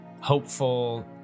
hopeful